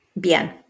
Bien